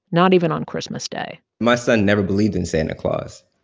not even on christmas day my son never believed in santa claus.